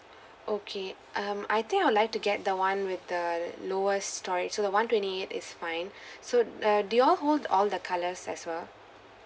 okay um I think I would like to get the [one] with the lowest storage so the [one] twenty eight is fine so uh do you all hold all the colours as well